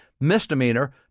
misdemeanor